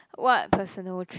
what personal trait